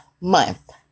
Month